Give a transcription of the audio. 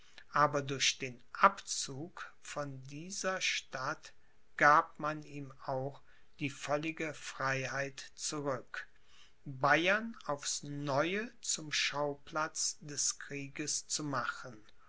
aber durch den abzug von dieser stadt gab man ihm auch die völlige freiheit zurück bayern aufs neue zum schauplatz des krieges zu machen